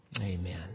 Amen